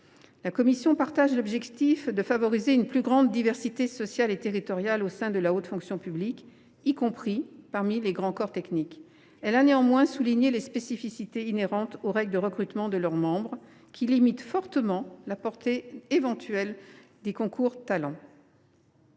la commission partage l’objectif de favoriser une plus grande diversité sociale et territoriale au sein de la haute fonction publique, y compris dans les grands corps techniques, elle a souligné les spécificités inhérentes aux règles de recrutement des membres de ces corps, qui limitent fortement la portée d’éventuels concours Talents.